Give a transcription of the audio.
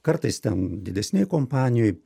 kartais ten didesnėj kompanijoj